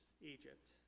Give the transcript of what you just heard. Egypt